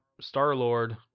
Star-Lord